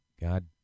God